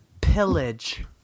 pillage